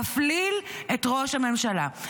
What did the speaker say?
להפליל את ראש הממשלה.